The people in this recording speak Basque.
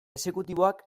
exekutiboak